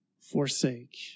forsake